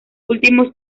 últimos